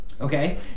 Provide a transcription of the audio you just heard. okay